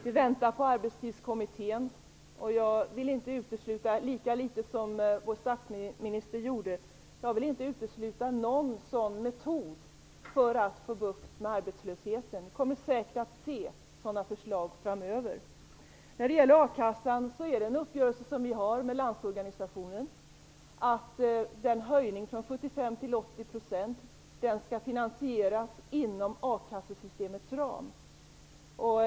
Vi väntar på Arbetstidskommittén och jag vill lika litet som vår statsminister utesluta någon metod för att få bukt med arbetslösheten. Vi kommer säkert att se sådana förslag framöver. När det gäller a-kassan har vi en uppgörelse med 80 % skall finansieras inom a-kassesystemets ram.